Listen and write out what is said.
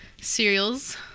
cereals